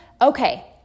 okay